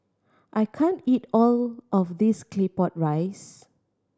I can't eat all of this Claypot Rice